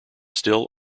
still